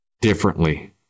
differently